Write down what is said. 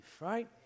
right